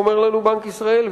אומר לנו בנק ישראל,